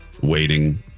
waiting